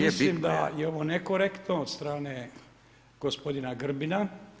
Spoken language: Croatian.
Mislim da je ovo nekorektno od strane gospodina Grbina.